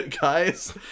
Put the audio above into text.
guys